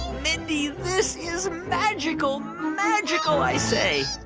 mindy, this is magical magical, i say